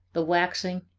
the waxing,